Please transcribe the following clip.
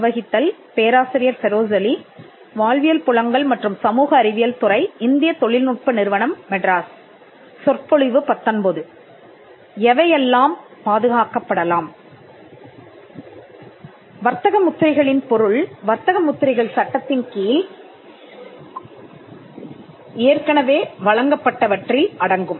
வர்த்தக முத்திரைகளின் பொருள் வர்த்தக முத்திரைகள் சட்டத்தின்கீழ் ஏற்கனவே வழங்கப்பட்டவற்றில் அடங்கும்